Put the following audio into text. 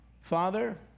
Father